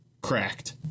cracked